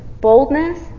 boldness